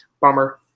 bummer